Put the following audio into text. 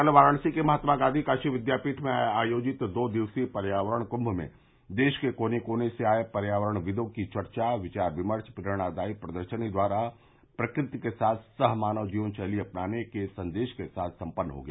कल याराणसी के महात्मा गांधी काशी विद्यापीठ में आयोजित दो दिवसीय पर्यावरण कुंभ में देश के कोने कोने से आए पर्यावरणविदों के चर्चा विचार विमर्श प्रेरणादायी प्रदर्शनी द्वारा प्रकृति के साथ सह मानव जीवन शैली अपनाने का संदेश के साथ संपन्न हो गया